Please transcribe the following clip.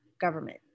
government